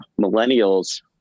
millennials